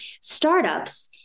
startups